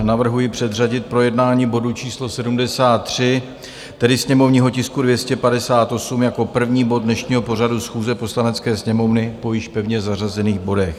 Navrhuji předřadit projednání bodu číslo 73, tedy sněmovního tisku 258, jako první bod dnešního pořadu schůze Poslanecké sněmovny po již pevně zařazených bodech.